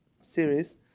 series